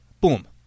Boom